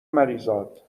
مریزاد